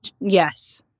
Yes